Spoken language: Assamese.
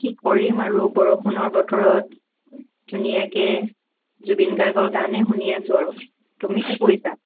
কি কৰিম আৰু বৰষুণৰ বতৰত ধুনীয়াকৈ জুবিন গাৰ্গৰ গানে শুনি আছো আৰু তুমি কি কৰিছা